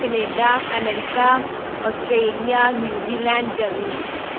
Canada America Australia New Zealand Germany